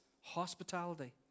hospitality